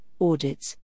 audits